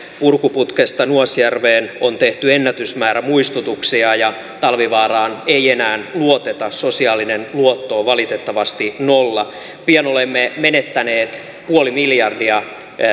purkuputkesta nuasjärveen on tehty ennätysmäärä muistutuksia ja talvivaaraan ei enää luoteta sosiaalinen luotto on valitettavasti nolla pian olemme menettäneet puoli miljardia